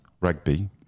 rugby